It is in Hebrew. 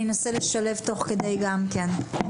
אני אנסה לשלב תוך כדי גם כן.